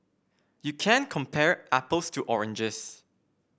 you can't compare apples to oranges